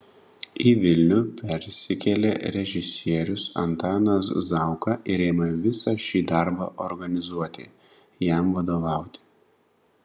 į vilnių persikėlė režisierius antanas zauka ir ėmė visą šį darbą organizuoti jam vadovauti